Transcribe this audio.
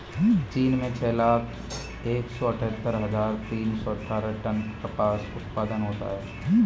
चीन में छह लाख एक सौ अठत्तर हजार तीन सौ अट्ठारह टन कपास उत्पादन होता है